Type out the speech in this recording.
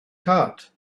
hurt